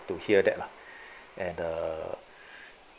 to hear that lah and the